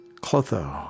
Clotho